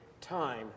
time